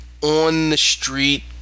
on-the-street